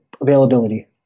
availability